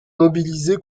mobilisé